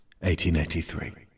1883